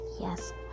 Yes